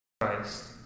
Christ